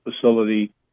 facility